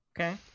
okay